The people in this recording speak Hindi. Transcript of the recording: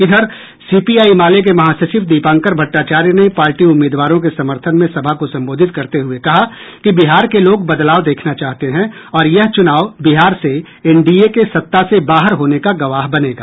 इधर सीपीआई माले के महासचिव दीपांकर भट्टाचार्य ने पार्टी उम्मीदवारों के समर्थन में सभा को संबोधित करते हुए कहा कि बिहार के लोग बदलाव देखना चाहते हैं और यह चुनाव बिहार से एनडीए के सत्ता से बाहर होने का गवाह बनेगा